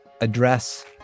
address